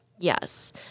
Yes